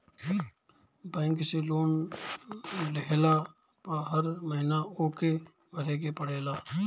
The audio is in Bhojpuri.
बैंक से लोन लेहला पअ हर महिना ओके भरे के पड़ेला